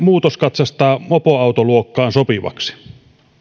muutoskatsastaa mopoautoluokkaan sopivaksi